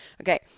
Okay